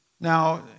Now